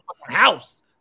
house